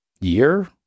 year